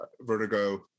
Vertigo